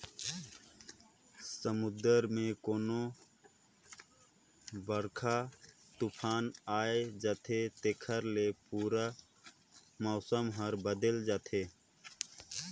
समुन्दर मे कोनो बड़रखा तुफान आये जाथे तेखर ले पूरा मउसम हर बदेल जाथे